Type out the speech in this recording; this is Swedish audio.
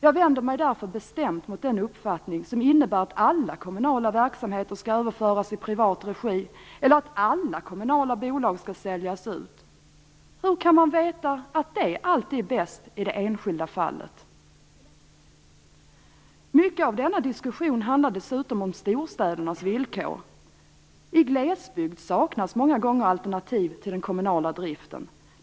Jag vänder mig därför bestämt emot den uppfattning som innebär att alla kommunala verksamheter skall överföras i privat regi, eller att alla kommunala bolag skall säljas ut. Hur kan man veta att det alltid är bäst i det enskilda fallet? Mycket av denna diskussion handlar dessutom om storstädernas villkor. I glesbygd saknas många gånger alternativ till den kommunala driften.